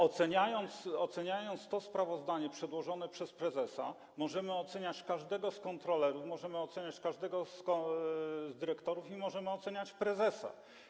Oceniając sprawozdanie przedłożone przez prezesa, możemy oceniać każdego z kontrolerów, możemy oceniać każdego z dyrektorów i możemy oceniać prezesa.